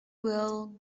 will